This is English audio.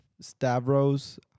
Stavros